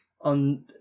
On